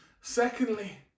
secondly